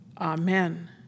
amen